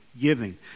giving